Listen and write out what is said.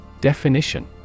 Definition